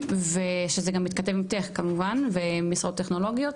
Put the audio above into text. שזה גם מתכתב עם טק כמובן ועם משרות טכנולוגיות,